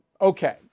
Okay